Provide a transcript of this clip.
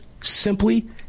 simply